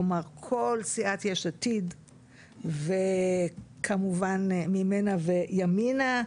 כלומר כל סיעת יש עתיד וכמובן ממנה וימינה.